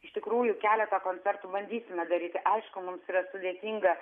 iš tikrųjų keletą koncertų bandysime daryti aišku mums yra sudėtinga